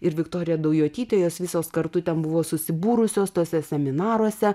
ir viktorija daujotytė jos visos kartu ten buvo susibūrusios tuose seminaruose